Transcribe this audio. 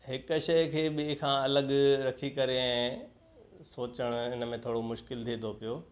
हिक शइ खे ॿिए सां अलॻि रखी करे ऐं सोचण हिनमें थोरो मुश्किलु थिए थो पियो